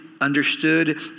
understood